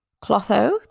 Clotho